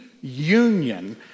union